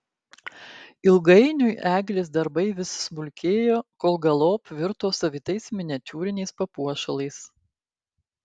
ilgainiui eglės darbai vis smulkėjo kol galop virto savitais miniatiūriniais papuošalais